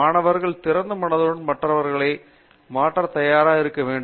மாணவர்கள் திறந்த மனதுடன் மாற்றங்களை செய்ய தயாராக உள்ளோம்